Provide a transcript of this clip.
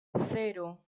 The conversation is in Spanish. cero